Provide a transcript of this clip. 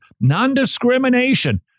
non-discrimination